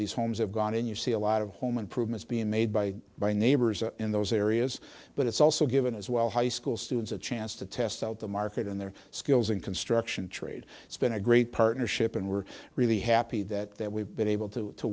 these homes have gone and you see a lot of home improvements being made by my neighbors in those areas but it's also given as well high school students a chance to test out the market and their skills in construction trade it's been a great partnership and we're really happy that that we've been able to to